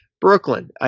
Brooklyn